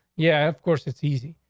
yeah, of course, it's easy.